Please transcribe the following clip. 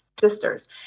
sisters